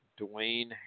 Dwayne